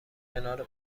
کنار